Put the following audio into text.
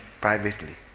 privately